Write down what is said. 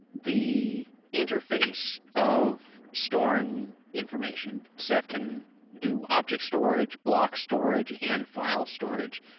the interface of storing information. ceph can do object storage, block storage and file storage.